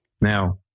Now